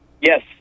Yes